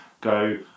go